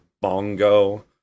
bongo